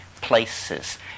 places